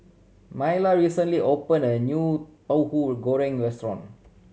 Myla recently opened a new Tauhu Goreng restaurant